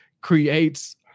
creates